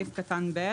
(ב)